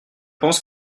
pense